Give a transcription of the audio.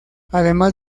además